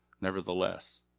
nevertheless